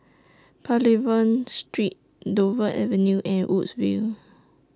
Pavilion Street Dover Avenue and Woodsville